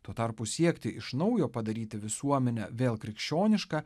tuo tarpu siekti iš naujo padaryti visuomenę vėl krikščioniška